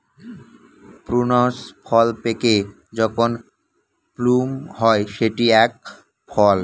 prunes ফল পেকে যখন প্লুম হয় সেটি এক ফল